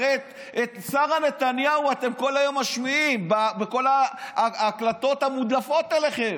הרי את שרה נתניהו אתם כל היום משמיעים בכל ההקלטות המודלפות אליכם,